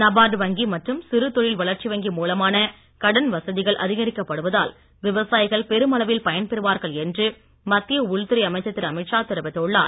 நபார்டு வங்கி மற்றும் சிறு தொழில் வளர்ச்சி வங்கி மூலமான கடன் வசதிகள் அதிகரிக்கப்படுவதால் விவசாயிகள் பெருமளவில் பயன் பெறுவார்கள் என்று மத்திய உள்துறை அமைச்சர் திரு அமீத் ஷா தெரிவித்துள்ளார்